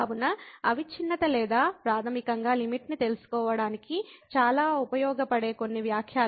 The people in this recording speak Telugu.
కాబట్టి అవిచ్ఛిన్నత లేదా ప్రాథమికంగా లిమిట్ ని తెలుసుకోవడానికి చాలా ఉపయోగపడే కొన్ని వ్యాఖ్యలు